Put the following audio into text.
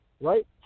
right